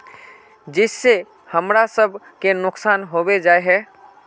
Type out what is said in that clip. जिस से हमरा सब के नुकसान होबे जाय है?